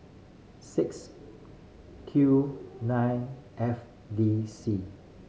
six Q nine F D C